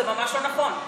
זה ממש לא נכון.